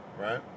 right